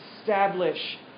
Establish